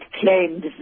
claimed